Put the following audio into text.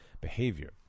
behavior